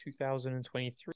2023